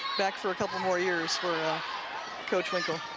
back for a couple more yearsfor coach winkel.